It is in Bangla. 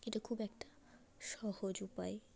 এটা খুব একটা সহজ উপায়